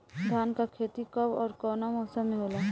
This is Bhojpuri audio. धान क खेती कब ओर कवना मौसम में होला?